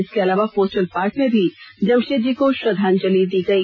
इसके अलावा postal park में भी जमशेदजी को श्रद्वांजलि दी गई